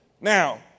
Now